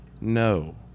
no